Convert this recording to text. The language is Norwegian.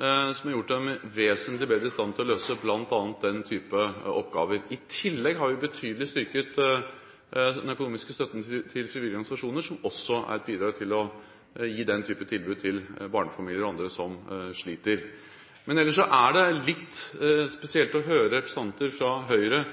noe som har gjort dem vesentlig bedre i stand til å løse bl.a. den type oppgaver. I tillegg har vi styrket den økonomiske støtten til frivillige organisasjoner betydelig, noe som også er et bidrag til å gi den type tilbud til barnefamilier og andre som sliter. Det er litt spesielt å høre representanter fra Høyre